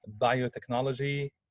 biotechnology